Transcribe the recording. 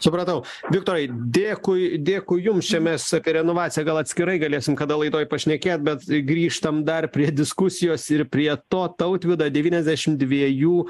supratau viktorai dėkui dėkui jums čia mes apie renovaciją gal atskirai galėsim kada laidoj pašnekėt bet grįžtam dar prie diskusijos ir prie to tautvydo devyniasdešim dviejų